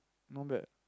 not bad